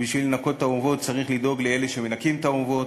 ובשביל לנקות את האורוות צריך לדאוג לאלה שמנקים את האורוות.